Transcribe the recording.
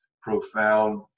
profound